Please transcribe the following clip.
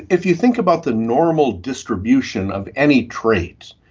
if you think about the normal distribution of any trait,